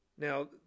Now